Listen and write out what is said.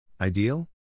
Ideal